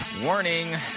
Warning